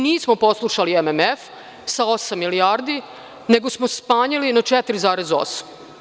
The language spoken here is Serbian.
Nismo poslušali MMF sa osam milijardi, nego smo smanjili na 4,8.